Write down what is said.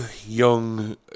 young